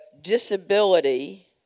disability